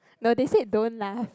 no they said don't laugh